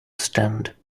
stand